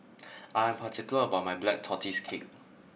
I am particular about my Black Tortoise Cake